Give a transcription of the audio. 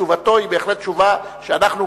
תשובתו היא בהחלט תשובה שאנחנו,